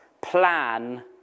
plan